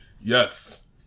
Yes